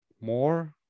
more